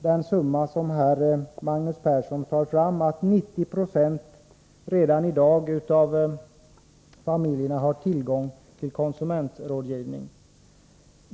den siffra som Magnus Persson tar fram, nämligen att 90 96 av familjerna redan i dag har tillgång till konsumentrådgivning.